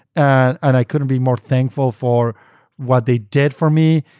and and i couldnaeurt be more thankful for what they did for me.